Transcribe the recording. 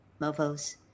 mofos